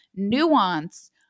nuance